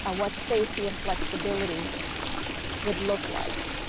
ah what safety and flexibility would look like.